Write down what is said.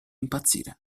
impazzire